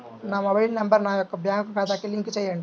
నా mobile number నా యొక్క బ్యాంక్ ఖాతాకి లింక్ చేయండీ?